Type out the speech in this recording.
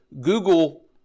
Google